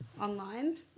online